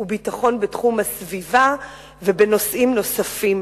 הוא ביטחון בתחום הסביבה ובנושאים נוספים,